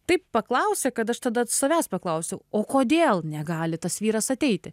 taip paklausė kad aš tada savęs paklausiau o kodėl negali tas vyras ateiti